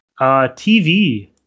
TV